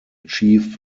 chief